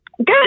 Good